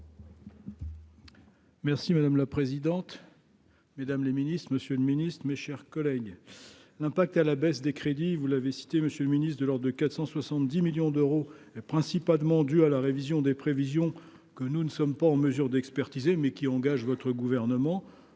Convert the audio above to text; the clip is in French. Merci madame la présidente. Mesdames les Ministres Monsieur le Ministre, mes chers collègues, l'impact à la baisse des crédits, vous l'avez cité monsieur le Ministre de l'Ordre de 470 millions d'euros principalement due à la révision des prévisions que nous ne sommes pas en mesure d'expertiser mais qui engagent votre gouvernement